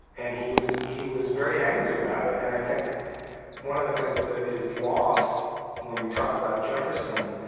and he was he was very angry about it. and i think one of the things that is lost when we talk about jefferson,